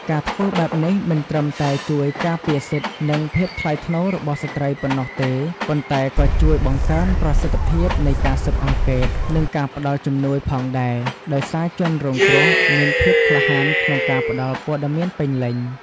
ការធ្វើបែបនេះមិនត្រឹមតែជួយការពារសិទ្ធិ និងភាពថ្លៃថ្នូររបស់ស្ត្រីប៉ុណ្ណោះទេ ប៉ុន្តែក៏ជួយបង្កើនប្រសិទ្ធភាពនៃការស៊ើបអង្កេត និងការផ្តល់ជំនួយផងដែរ ដោយសារជនរងគ្រោះមានភាពក្លាហានក្នុងការផ្តល់ព័ត៌មានពេញលេញ។